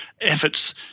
efforts